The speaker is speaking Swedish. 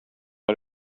har